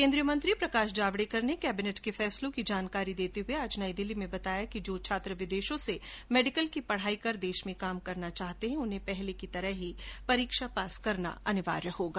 केन्द्रीय मंत्री प्रकाश जावडेकर ने कैबिनेट के फैसलों की जानकारी देते हुए आज नई दिल्ली में बताया कि जो छात्र विदेशों सें मेडिकल की पढाई कर देश में काम करना चाहते हैं उनके लिए पहले की तरह परीक्षा पास करना अनिवार्य होगा